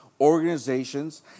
organizations